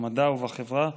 במדע ובחברה,